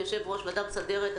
כיושב-ראש הוועדה המסדרת.